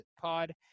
pod